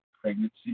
pregnancy